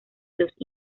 los